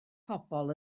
pobl